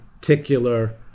particular